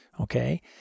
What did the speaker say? Okay